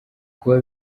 kuba